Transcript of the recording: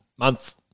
month